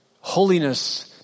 holiness